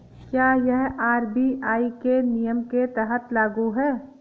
क्या यह आर.बी.आई के नियम के तहत लागू है?